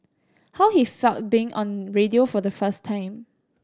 how he felt being on radio for the first time